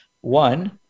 One